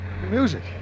Music